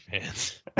fans